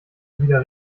wieder